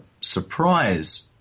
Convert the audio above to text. surprise